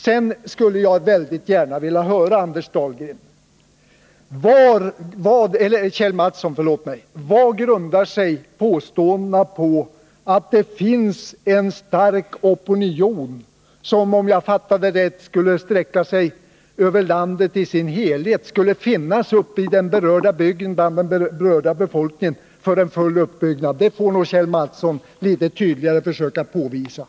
Sedan skulle jag mycket gärna vilja fråga Kjell Mattsson: Varpå grundar sig påståendena att det finns en stark opinion som — om jag fattade rätt — skulle sträcka sig över landet i dess helhet och finnas i den berörda bygden, bland den berörda befolkningen, för en full utbyggnad? Det får nog Kjell Mattsson försöka påvisa litet tydligare.